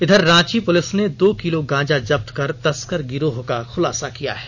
इधर रांची पुलिस ने दो किलो गांजा जब्तकर तस्कर गिरोह का खुलासा किया है